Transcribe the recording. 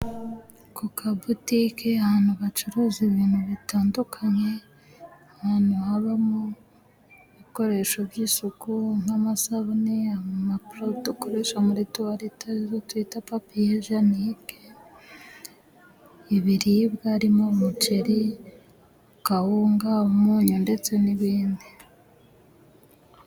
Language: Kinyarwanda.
Kukabutike ahantu bacuruza ibintu bitandukanye. Ahantu habamo ibikoresho by'isuku nk'amasabune impapuro dukoresha muri tuwalete, twita papiyijiyenike. Ibiribwa harimo umuceri, kawunga, umunyu ndetse n'ibindi.